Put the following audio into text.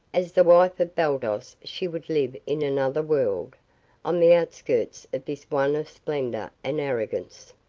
as the wife of baldos she would live in another world on the outskirts of this one of splendor and arrogance.